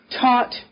taught